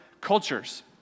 cultures